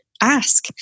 ask